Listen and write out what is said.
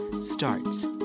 starts